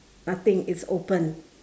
nothing it's open